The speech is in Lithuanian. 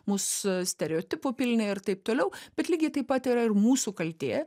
mūs stereotipų pilni ir taip toliau bet lygiai taip pat yra ir mūsų kaltė